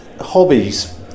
Hobbies